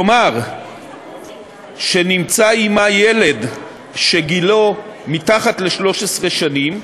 כלומר שנמצא עמה ילד שגילו מתחת ל-13 שנים,